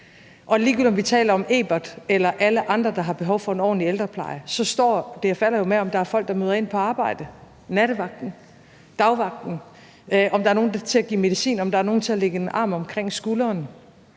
om vi taler om Ebert eller alle andre, der har behov for en ordentlig ældrepleje, står og falder det jo med, om der er folk, der møder ind på arbejde – nattevagten, dagvagten – om der er nogen til at give medicin, om der er nogen til at lægge en arm omkring skulderen.